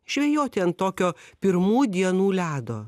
žvejoti ant tokio pirmų dienų ledo